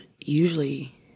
usually